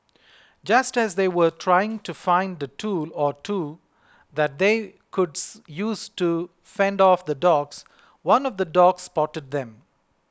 just as they were trying to find a tool or two that they could use to fend off the dogs one of the dogs spotted them